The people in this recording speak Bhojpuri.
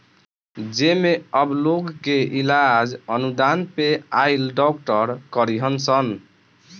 जेमे अब लोग के इलाज अनुदान पे आइल डॉक्टर करीहन सन